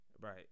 right